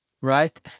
Right